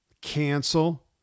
cancel